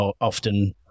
often